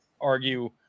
argue